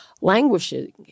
languishing